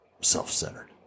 self-centered